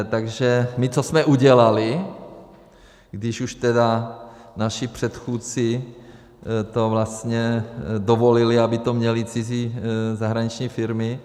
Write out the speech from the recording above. Takže my co jsme udělali, když už tedy naši předchůdci dovolili, aby to měly cizí zahraniční firmy?